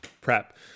prep